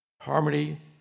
harmony